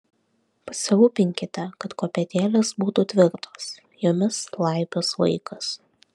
pasirūpinkite kad kopėtėlės būtų tvirtos jomis laipios vaikas